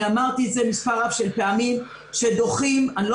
אמרתי את זה מספר רב של פעמים: כאשר דוחים אני לא